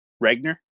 Regner